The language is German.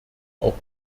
auch